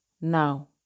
Now